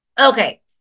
Okay